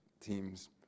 Teams